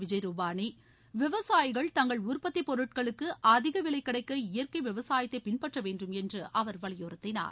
விஜய் ரூபாளி விவசாயிகள் தங்கள் உற்பத்தி பொருட்களுக்கு அதிக விலை கிடைக்க இயற்கை விவசாயத்தை பின்பற்ற வேண்டுமென்று வலியுறுத்தினார்